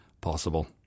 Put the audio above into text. possible